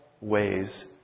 ways